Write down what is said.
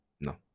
No